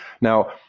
Now